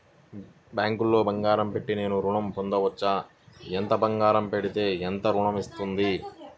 బ్యాంక్లో బంగారం పెట్టి నేను ఋణం పొందవచ్చా? ఎంత బంగారం పెడితే ఎంత ఋణం వస్తుంది?